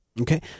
Okay